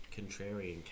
contrarian